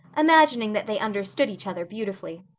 imagining that they understood each other beautifully.